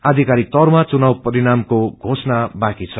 आधिकारिक तौरामा चवुनाव परिणामाके घोषणा बाँकी छ